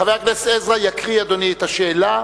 חבר הכנסת עזרא יקריא, אדוני, את השאלה,